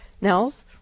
Nels